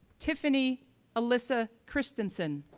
tiffany alyssa christensen,